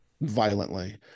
violently